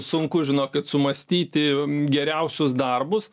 sunku žinokit sumąstyti geriausius darbus